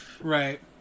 Right